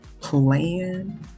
plan